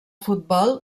futbol